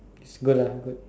it's good lah good